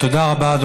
תודה רבה,